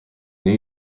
new